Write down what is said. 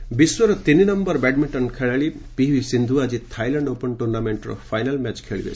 badminton ବିଶ୍ୱର ତିନିନୟର badminton ଖେଳାଳି ପିଭି ସିନ୍ଧୁ ଆଜି ଥାଇଲାଣ୍ଡ ଓପନ ଟୁର୍ଣ୍ଣାମେଣ୍ଟର ଫାଇନାଲ ମ୍ୟାଚ ଖେଳିବେ